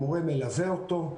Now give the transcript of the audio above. המורה מלווה אותו,